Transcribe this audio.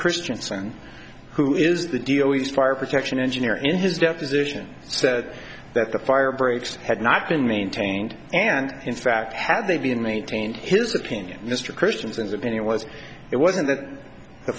christianson who is the deal with fire protection engineer in his deposition said that the fire breaks had not been maintained and in fact had they been maintained his opinion mr christians of any was it wasn't that the